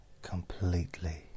completely